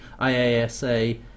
IASA